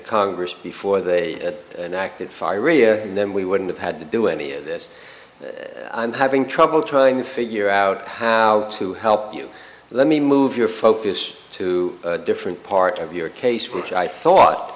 congress before they acted fiery and then we wouldn't have had to do any of this i'm having trouble trying to figure out how to help you let me move your focus to a different part of your case which i thought